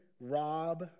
rob